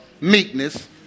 meekness